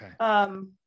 Okay